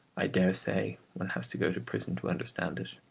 i dare say one has to go to prison to understand it.